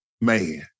man